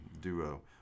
duo